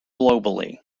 globally